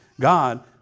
God